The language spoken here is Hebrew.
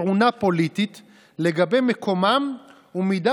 כאילו השופטים קמים בבוקר, מה זה אומר?